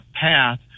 path